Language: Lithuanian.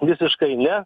visiškai ne